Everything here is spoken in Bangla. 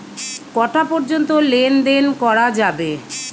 কটা পর্যন্ত লেন দেন করা যাবে?